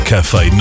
Cafe